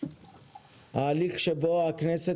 ההליך שבו הכנסת,